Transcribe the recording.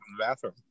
bathroom